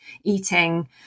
eating